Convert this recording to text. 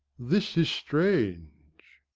this is strange.